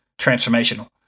transformational